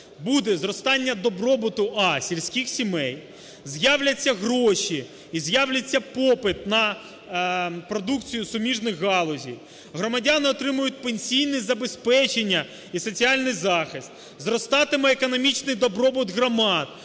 буде зростання добробуту: а) сільських сімей; з'являться гроші і з'явиться попит на продукцію суміжних галузей, громадяни отримають пенсійне забезпечення і соціальний захист; зростатиме економічний добробут громад,